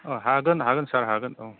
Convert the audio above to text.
अ हागोन हागोन सार हागोन औ